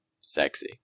sexy